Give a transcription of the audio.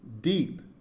deep